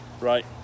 right